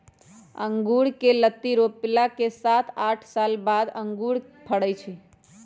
अँगुर कें लत्ति रोपला के सात आठ साल बाद अंगुर के फरइ छइ